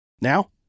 Now